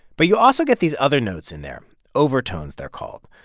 but you also get these other notes in there overtones they're called.